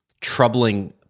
troubling